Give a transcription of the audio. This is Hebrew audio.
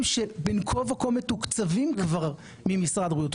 שבין כה וכה מתוקצבים כבר ממשרד הבריאות,